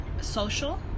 social